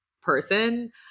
person